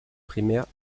primaires